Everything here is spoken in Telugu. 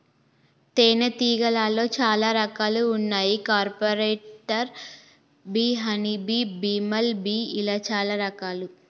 తేనే తీగలాల్లో చాలా రకాలు వున్నాయి carpenter bee honey bee, bumble bee ఇలా చాలా రకాలు